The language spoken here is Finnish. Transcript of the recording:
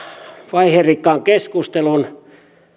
vaiherikkaan keskustelun